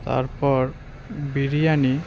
তারপর বিরিয়ানি